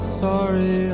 sorry